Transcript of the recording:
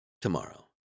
Tomorrow